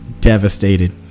devastated